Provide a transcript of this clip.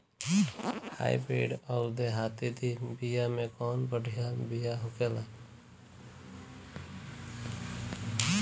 Hybrid अउर देहाती बिया मे कउन बढ़िया बिया होखेला?